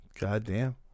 Goddamn